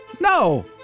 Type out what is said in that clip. No